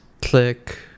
Click